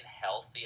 healthy